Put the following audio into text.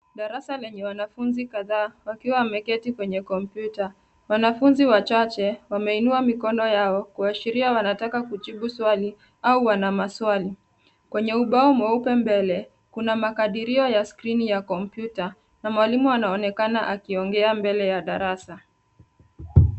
Darasa lenye wanafunzi kadhaa wakiwa wameketi kwenye kompyuta. Wanafunzi wachache wameinua mikono yao kuashiria wanataka kujibu swali au wana maswali. Kwenye ubao mweupe mbele, kuna makadirio ya skrini ya kompyuta, na mwalimu anaonekana akiongea mbele ya darasa.